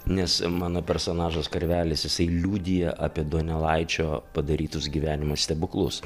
nes mano personažas karvelis jisai liudija apie donelaičio padarytus gyvenimo stebuklus